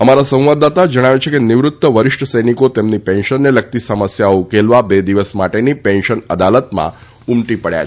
અમારા સંવાદદાતા જણાવે છે કે નિવૃત્ત વરિષ્ઠ સૈનિકો તેમની પેન્શનને લગતી સમસ્યાઓ ઉકેલવા બે દિવસ માટેની પેન્શન અદાલતમાં ઉમટી પડ્યા છે